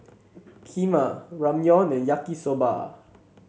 Kheema Ramyeon and Yaki Soba